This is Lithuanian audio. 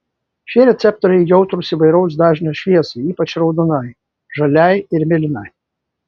šie receptoriai jautrūs įvairaus dažnio šviesai ypač raudonai žaliai ir mėlynai